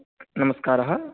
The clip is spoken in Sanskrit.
नमस्कारः